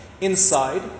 inside